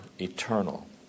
eternal